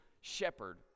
shepherd